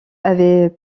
avait